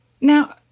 Now